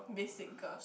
basic girl